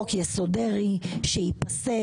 חוק יסוד דרעי שייפסל,